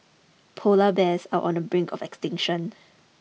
polar bears are on the brink of extinction